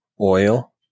Oil